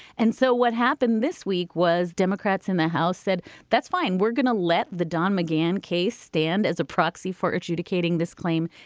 and so what happened this week was democrats in the house said that's fine we're going to let the don mcgann case stand as a proxy for adjudicating this claim.